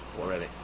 already